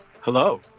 Hello